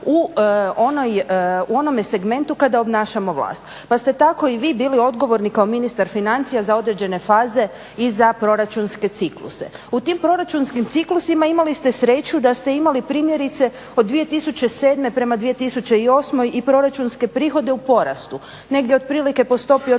u onome segmentu kada obnašamo vlast. Pa ste tako i vi bili odgovorni kao ministar financija za određene faze i za proračunske cikluse. U tim proračunskim ciklusima imali ste sreću da ste imali primjerice od 2007. prema 2008. i proračunske prihode u porastu, negdje otprilike po stopi od